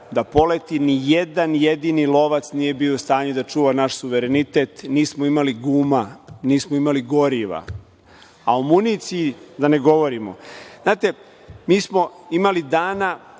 da poleti, ni jedan jedini „Lovac“ nije bio u stanju da čuva naš suverenitet. Nismo imali gume, nismo imali gorivo, a o municiji da ne govorimo. Znate, mi smo imali dana